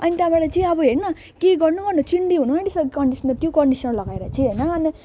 अनि त्यहाँबाट चाहिँ अब हेर न के गर्नु गर्नु चिन्डी हुनु आँटिसके कन्डिसनर त्यो कन्डिसनर लगाएर चाहिँ होइन अन्त